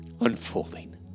unfolding